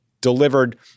delivered